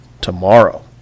Tomorrow